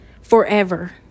Forever